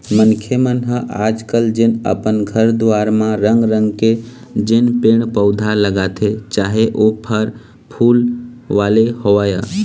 मनखे मन ह आज कल जेन अपन घर दुवार म रंग रंग के जेन पेड़ पउधा लगाथे चाहे ओ फर फूल वाले होवय